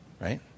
right